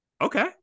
Okay